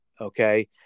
Okay